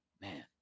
Man